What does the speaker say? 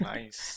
Nice